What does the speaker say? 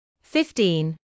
Fifteen